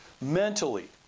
mentally